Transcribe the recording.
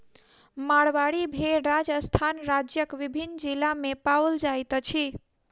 मारवाड़ी भेड़ राजस्थान राज्यक विभिन्न जिला मे पाओल जाइत अछि